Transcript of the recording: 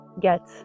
get